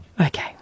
Okay